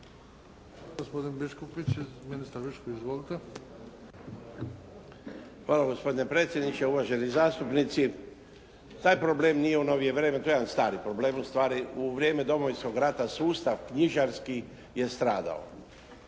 Hvala gospodine predsjedniče, uvaženi zastupnici. Taj problem nije u novije vrijeme. To je jedan stari problem. Ustvari u vrijeme Domovinskog rata sustav knjižarski je stradao.